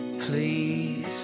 please